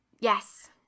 Yes